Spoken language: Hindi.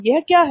यह क्या है